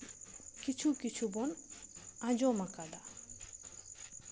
ᱠᱤᱪᱷᱩ ᱠᱤᱪᱷᱩ ᱵᱚᱱ ᱟᱸᱡᱚᱢ ᱟᱠᱟᱫᱟ